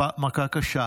מכה קשה